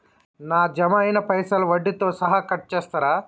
నా జమ అయినా పైసల్ వడ్డీతో సహా కట్ చేస్తరా?